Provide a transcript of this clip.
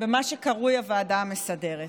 במה שקרוי הוועדה המסדרת: